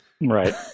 Right